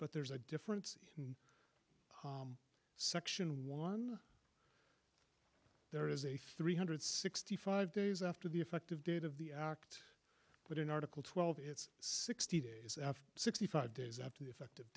but there's a difference in section one there is a three hundred sixty five days after the effective date of the act but in article twelve it's sixty days after sixty five days after the effect